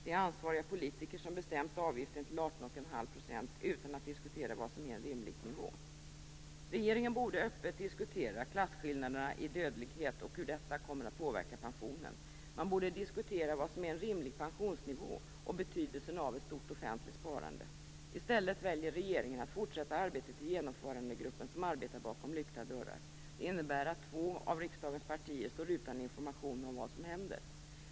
Det är ansvariga politiker som bestämt avgiften till 18,5 % utan att diskutera vad som är en rimlig nivå. Regeringen borde öppet diskutera klasskillnaderna i dödlighet och hur detta kommer att påverka pensionen. Man borde diskutera vad som är en rimlig pensionsnivå och betydelsen av ett stort offentligt sparande. I stället väljer regeringen att fortsätta arbetet i genomförandegruppen, som arbetar bakom lyckta dörrar. Det innebär att två av riksdagens partier står utan information om vad som händer.